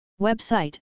Website